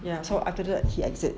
ya so after that he exit